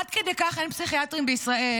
עד כדי כך אין פסיכיאטרים בישראל,